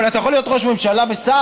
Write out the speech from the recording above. אבל אתה יכול להיות ראש ממשלה ושר?